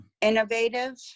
innovative